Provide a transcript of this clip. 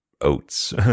Oats